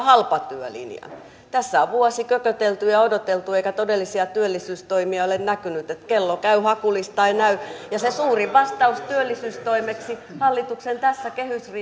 halpatyölinjan tässä on vuosi kökötelty ja odoteltu eikä todellisia työllisyystoimia ole näkynyt että kello käy hakulista ei näy ja se suurin vastaus työllisyystoimeksi hallituksen tässä